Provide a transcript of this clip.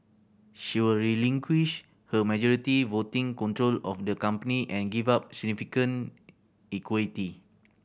she will relinquish her majority voting control of the company and give up significant equity